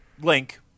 link